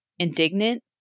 Indignant